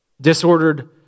Disordered